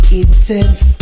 intense